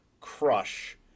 crush